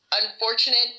unfortunate